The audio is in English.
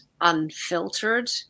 unfiltered